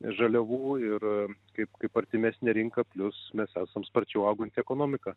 žaliavų ir kaip kaip artimesnė rinka plius mes esam sparčiau auganti ekonomika